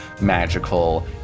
magical